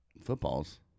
footballs